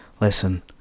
listen